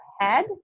head